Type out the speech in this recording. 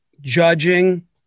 judging